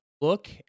look